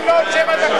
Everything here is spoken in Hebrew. תן לו עוד שבע דקות.